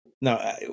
no